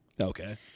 okay